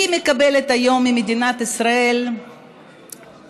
היא מקבלת היום ממדינת ישראל סכום,